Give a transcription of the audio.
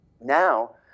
Now